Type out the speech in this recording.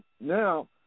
Now